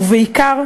ובעיקר,